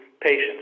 patients